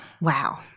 Wow